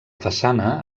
façana